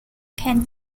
can